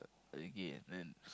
okay then